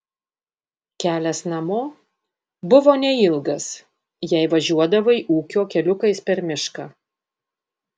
kelias namo buvo neilgas jei važiuodavai ūkio keliukais per mišką